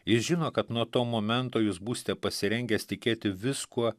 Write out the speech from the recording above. jis žino kad nuo to momento jūs būsite pasirengęs tikėti viskuo